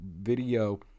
video